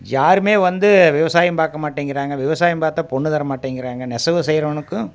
யாருமே வந்து விவசாயம் பார்க்க மாட்டேங்கிறாங்க விவசாயம் பார்த்தா பொண்ணு தர மாட்டேங்கிறாங்க நெசவு செய்கிறவனுக்கும்